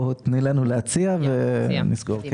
תני לנו להציע ונסגור.